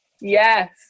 Yes